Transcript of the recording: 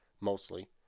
mostly